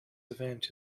event